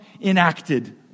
enacted